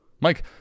Mike